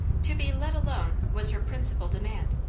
to be let alone was her principal demand,